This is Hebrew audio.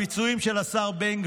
הביצועים של השר בן גביר אפסיים.